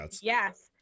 Yes